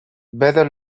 better